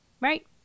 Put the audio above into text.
Right